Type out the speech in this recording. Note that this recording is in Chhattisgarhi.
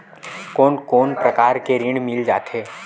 कोन कोन प्रकार के ऋण मिल जाथे?